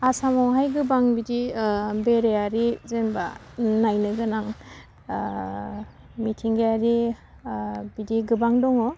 आसामावहाय गोबां बिदि बेराइयारि जेनबा नायनो गोनां मिथिंगायारि बिदि गोबां दङ